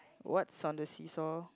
what's on the see-saw